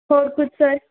ਹੋਰ ਕੁਛ ਸਰ